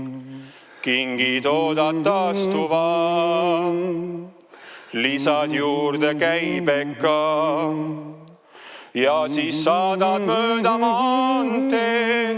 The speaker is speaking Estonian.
Kingi toodad taastuva, lisad juurde käibeka ja siis saadad mööda maanteed,